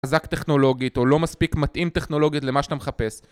חזק טכנולוגית או לא מספיק מתאים טכנולוגית למה שאתה מחפש